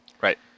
Right